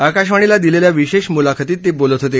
आकाशवाणीला दिलेल्या विशेष मुलाखतीत ते बोलत होते